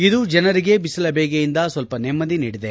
ಇದು ಜನರಿಗೆ ಬಿಸಿಲ ಬೇಗೆಯಿಂದ ಸ್ವಲ್ಪ ನೆಮ್ಮದಿ ನೀಡಿದೆ